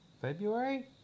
February